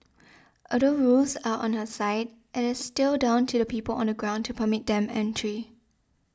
although rules are on her side it is still down to the people on the ground to permit them entry